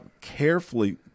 carefully